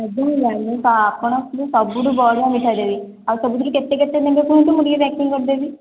ଏବେ ମୁଁ ଜାଣିଲି ଆପଣଙ୍କୁ ସବୁଠୁ ବଢ଼ିଆ ମିଠା ଦେବି ଆଉ ସବୁଥିରୁ କେତେ କେତେ ନେବେ କୁହନ୍ତୁ ମୁଁ ଟିକେ ପ୍ୟାକିଙ୍ଗ କରିଦେବି